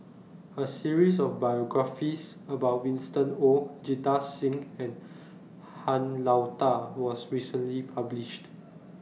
A series of biographies about Winston Oh Jita Singh and Han Lao DA was recently published